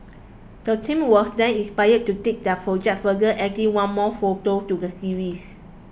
the team was then inspired to take their project further adding one more photo to the series